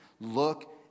look